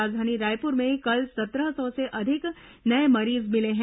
राजधानी रायपुर में कल सत्रह सौ से अधिक नये मरीज मिले हैं